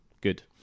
Good